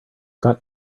got